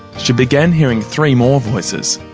she began hearing three more voices.